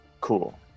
Cool